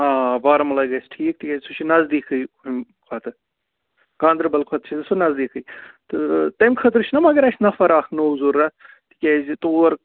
آ بارہمُلہ ہَے گژھِ ٹھیٖکھ تِکیٛازِ سُہ چھُ نَزدیٖکھٕے ہُمہِ کھۄتہٕ گاندَربَل کھۄتہٕ چھِ سُہ نَزدیٖکھٕے تہٕ تمہِ خٲطرٕ چھُ نَہ مگر اَسہِ نَفر اَکھ نوٚو ضوٚرَتھ تِکیٛازِ تور